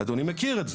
אדוני מכיר את זה.